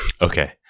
Okay